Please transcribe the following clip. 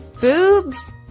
Boobs